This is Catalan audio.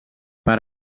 per